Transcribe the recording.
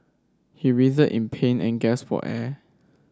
he writhed in pain and gasped for air